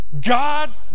God